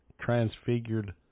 transfigured